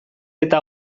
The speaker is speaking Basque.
eta